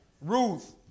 Ruth